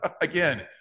again